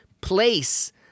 place